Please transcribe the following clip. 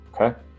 Okay